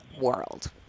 world